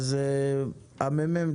הממ"מ,